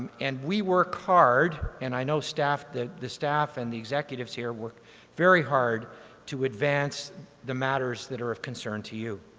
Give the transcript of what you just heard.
and we work hard and i know staff, the staff and the executives here worked very hard to advance the matters that are of concern to you.